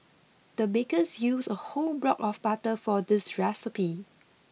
the bakers used a whole block of butter for this recipe